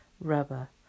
rubber